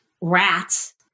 rats